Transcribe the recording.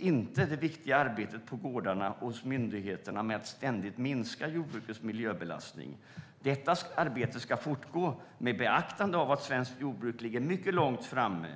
inte det viktiga arbetet på gårdarna och hos myndigheterna med att ständigt minska jordbrukets miljöbelastning. Det arbetet ska fortgå, med beaktande av att svenskt jordbruk ligger mycket långt fram.